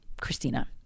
Christina